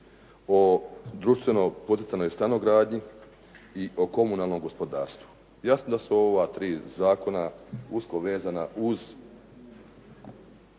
o društveno poticanoj stanogradnji i o komunalnom gospodarstvu. Jasno da su ova tri zakona usko vezana uz